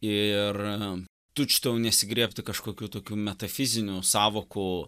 ir tučtuojau nesigriebti kažkokių tokių metafizinių sąvokų